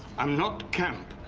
i'm not camp!